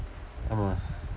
ஆமாம்:aamaam